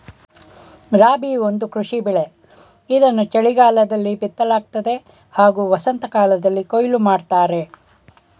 ರಾಬಿ ಒಂದು ಕೃಷಿ ಬೆಳೆ ಇದನ್ನು ಚಳಿಗಾಲದಲ್ಲಿ ಬಿತ್ತಲಾಗ್ತದೆ ಹಾಗೂ ವಸಂತಕಾಲ್ದಲ್ಲಿ ಕೊಯ್ಲು ಮಾಡ್ತರೆ